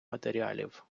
матеріалів